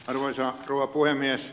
arvoisa rouva puhemies